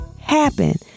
happen